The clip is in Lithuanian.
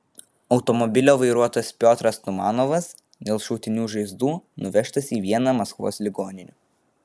automobilio vairuotojas piotras tumanovas dėl šautinių žaizdų nuvežtas į vieną maskvos ligoninių